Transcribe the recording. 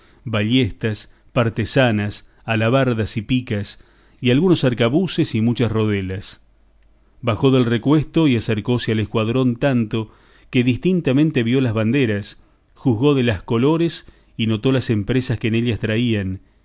si dijésemos lanzones ballestas partesanas alabardas y picas y algunos arcabuces y muchas rodelas bajó del recuesto y acercóse al escuadrón tanto que distintamente vio las banderas juzgó de las colores y notó las empresas que en ellas traían